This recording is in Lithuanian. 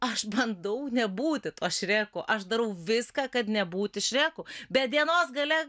aš bandau nebūti tuo šreku aš darau viską kad nebūti šreku bet dienos gale